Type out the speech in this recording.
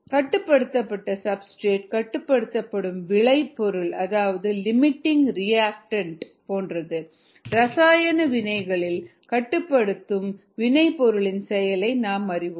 கட்டுப்படுத்தும் சப்ஸ்டிரேட் கட்டுப்படுத்தும் வினைபொருள் அதாவது லிமிட்டிங் ரிஆக்டன்ட் போன்றது ரசாயன வினைகளில் கட்டுப்படுத்தும் வினைபொருளின் செயலை நாம் அறிவோம்